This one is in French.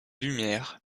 lumières